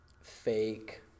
fake